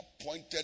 appointed